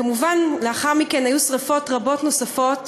כמובן, לאחר מכן היו שרפות רבות נוספות,